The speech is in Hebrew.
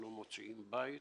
לא מוצאים בית,